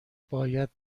باید